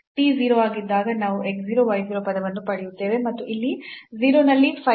ಆದ್ದರಿಂದ t 0 ಆಗಿದ್ದಾಗ ನಾವು x 0 y 0 ಪದವನ್ನು ಪಡೆಯುತ್ತೇವೆ ಮತ್ತು ಇಲ್ಲಿ 0 ನಲ್ಲಿ phi prime